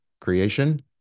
creation